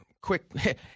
Quick –